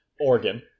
organ